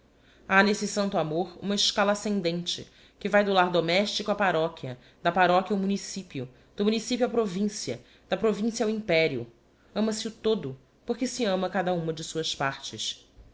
ha nesse santo amor uma escala ascendente que vae do lar domestico á parochia da parochia ao município do município á província da província ao império ama se o todo porque se ama cada uma de suas partes